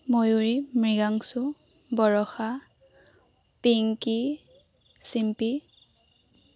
Mayuri Mriganshu Barsha Pinky Chimpi